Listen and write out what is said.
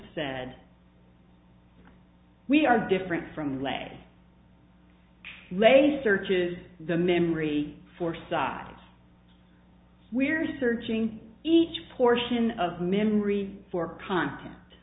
said we are different from les les searches the memory for size we're searching each portion of memory for content